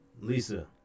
Lisa